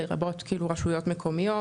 לרבות כאילו רשויות מקומיות.